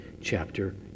chapter